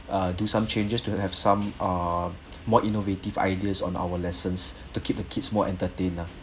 uh do some changes to have some err more innovative ideas on our lessons to keep the kids more entertain lah